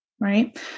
right